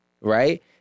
right